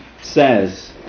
says